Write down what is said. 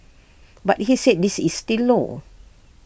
but he said this is still low